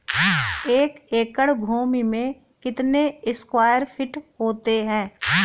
एक एकड़ भूमि में कितने स्क्वायर फिट होते हैं?